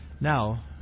Now